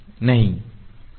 नहीं कोण 0 है